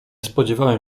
spodziewałem